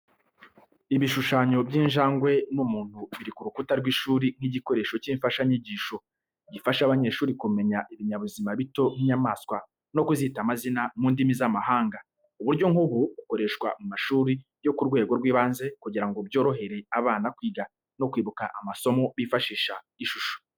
Ibishushanyo by'injangwe n'umuntu biri ku rukuta rw’ishuri nk’igikoresho cy’imfashanyigisho. Gifasha abanyeshuri kumenya ibinyabuzima bito nk’inyamaswa no kuzita amazina mu ndimi z’amahanga. Uburyo nk’ubu bukoreshwa mu mashuri yo ku rwego rw’ibanze kugira ngo byorohere abana kwiga no kwibuka amasomo bifashishije ishusho.